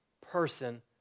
person